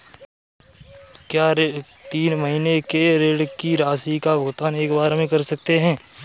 क्या तीन महीने के ऋण की राशि का भुगतान एक बार में कर सकते हैं?